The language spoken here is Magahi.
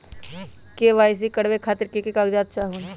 के.वाई.सी करवे खातीर के के कागजात चाहलु?